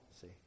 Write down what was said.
see